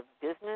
business